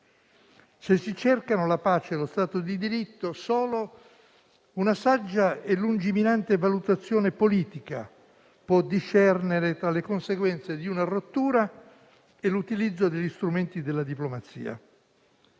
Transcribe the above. Se si cercano la pace e lo Stato di diritto, solo una saggia e lungimirante valutazione politica può discernere tra le conseguenze di una rottura e l'utilizzo degli strumenti della diplomazia.